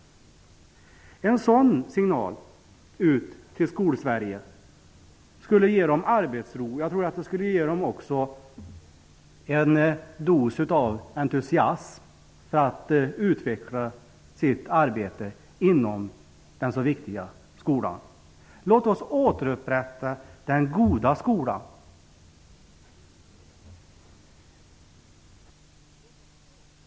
En sådan signal ut till skolsverige skulle ge skolorna arbetsro. Det skulle också ge dem en dos entusiasm för att utveckla sitt arbete inom den så viktiga skolan. Låt oss återupprätta den goda skolan.